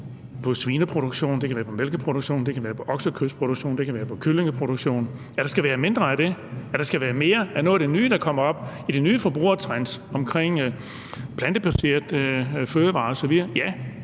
svineproduktion, mælkeproduktion, oksekødsproduktion eller kyllingeproduktion – der skal være mindre af, og at der skal være mere af noget af det nye, der kommer op i de nye forbrugertrends med plantebaserede fødevarer osv.? Ja,